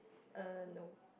err no